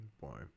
Boy